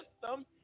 system